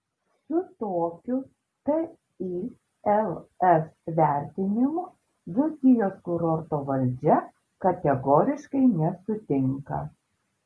su tokiu tils vertinimu dzūkijos kurorto valdžia kategoriškai nesutinka